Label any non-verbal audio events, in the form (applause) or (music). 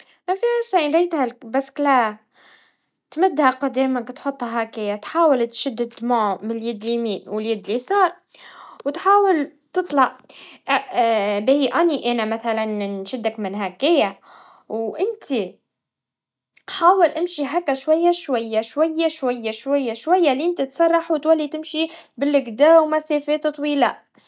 مافيها شي البسكيلات, تمدها قدامك وتحطها هكي, تحاول تشد تمام, من اليد يمين, واليد يسار, وتحاول تطلع (hesitation) باهي, أني مثلاً نشدك من هكيا, وانتا حاول إمشي هكا شويا شويا, شويا شويا, شويا شويا لين تتصرح, وتولي تمشي باللي قدا وومسافات طويلا.